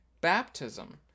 baptism